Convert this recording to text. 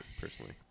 personally